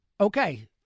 Okay